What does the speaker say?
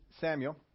Samuel